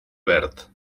verd